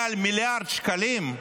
מעל מיליארד שקלים.